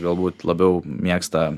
galbūt labiau mėgsta